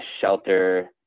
shelter